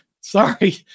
sorry